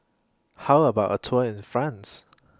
How about A Tour in France